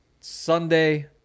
Sunday